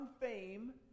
fame